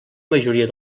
majoria